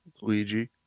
Luigi